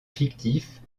fictif